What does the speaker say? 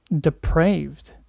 depraved